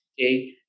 Okay